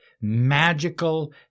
magical